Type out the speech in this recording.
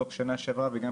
את